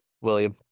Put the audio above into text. William